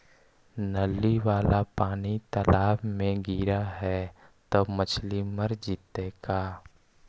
नली वाला पानी तालाव मे गिरे है त मछली मर जितै का?